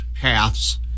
paths